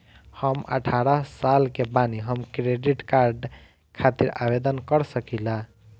हम अठारह साल के बानी हम क्रेडिट कार्ड खातिर आवेदन कर सकीला?